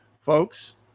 Folks